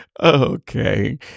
Okay